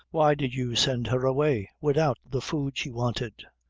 why did you send her away widout the food she wanted?